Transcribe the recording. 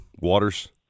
Waters